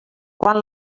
quan